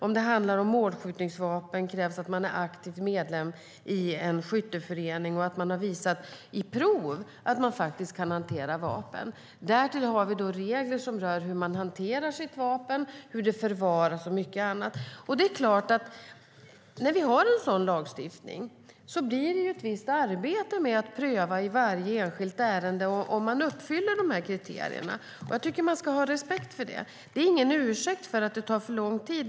Om det handlar om målskjutningsvapen krävs det att man är aktiv medlem i en skytteförening och att man vid prov har visat att man faktiskt kan hantera vapen. Därtill har vi regler som rör hur man hanterar sitt vapen, hur det förvaras och mycket annat. När vi har en sådan lagstiftning blir det ett visst arbete med att i varje enskilt ärende pröva om personen i fråga uppfyller dessa kriterier. Jag tycker att man ska ha respekt för det. Det är ingen ursäkt för att det tar för lång tid.